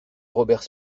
robert